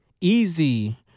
easy